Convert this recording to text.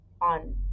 on